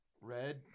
Red